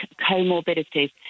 comorbidities